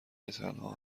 تنها